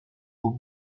aux